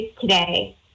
today